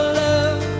love